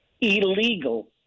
Illegal